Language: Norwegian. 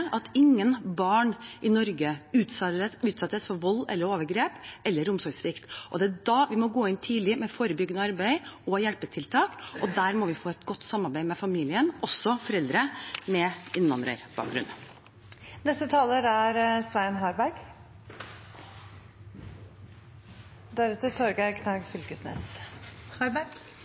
at ingen barn i Norge utsettes for vold, overgrep eller omsorgssvikt. Vi må gå inn tidlig med forebyggende arbeid og hjelpetiltak, og vi må få til et godt samarbeid med familien, også foreldre med